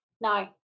No